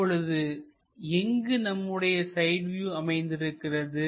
இப்பொழுது எங்கு நம்முடைய சைடு வியூ அமைந்திருக்கிறது